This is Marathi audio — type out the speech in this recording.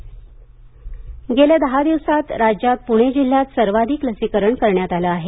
लसीकरण पणे गेल्या दहा दिवसांत राज्यात पुणे जिल्ह्यात सर्वाधिक लसीकरण करण्यात आलं आहे